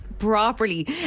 Properly